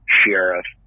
sheriff